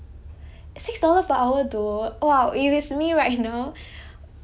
six dollar per hour though !wow! if it's me right now